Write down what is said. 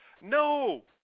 No